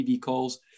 calls